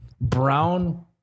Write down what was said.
brown